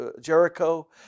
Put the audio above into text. Jericho